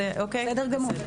בסדר גמור.